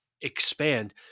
expand